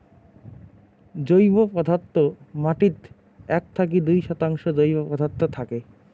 জৈব পদার্থ মাটিত এক থাকি দুই শতাংশ জৈব পদার্থ থাকে